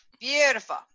Beautiful